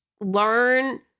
learn